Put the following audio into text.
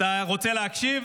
אתה רוצה להקשיב?